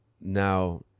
now